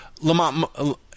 Lamont